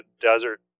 desert